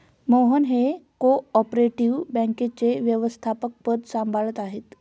मोहन हे cooperative बँकेचे व्यवस्थापकपद सांभाळत आहेत